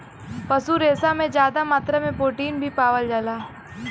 पशु रेसा में जादा मात्रा में प्रोटीन भी पावल जाला